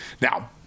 Now